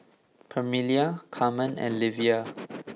Permelia Carmen and Livia